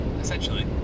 Essentially